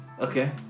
Okay